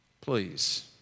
please